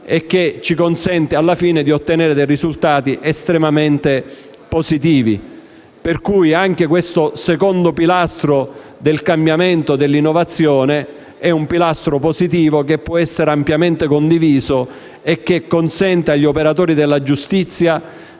ci consente alla fine di ottenere risultati estremamente positivi. Quindi, anche questo secondo pilastro del cambiamento, dell'innovazione, è positivo e può essere ampiamente condiviso poiché consente agli operatori della giustizia